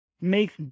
makes